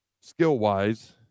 skill-wise